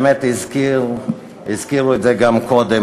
באמת הזכירו את זה גם קודם,